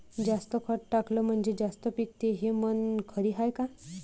जास्त खत टाकलं म्हनजे जास्त पिकते हे म्हन खरी हाये का?